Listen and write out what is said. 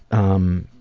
um,